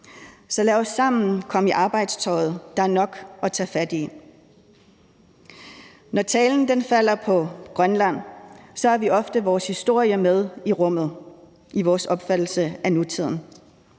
Så lad os sammen komme i arbejdstøjet – der er nok at tage fat på. Når talen falder på Grønland, har vi ofte vores historie med ind i rummet, i vores opfattelse af nutiden.